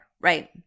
right